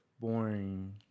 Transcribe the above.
boring